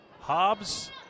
Hobbs